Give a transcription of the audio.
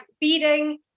beading